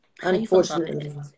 unfortunately